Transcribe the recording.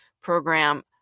program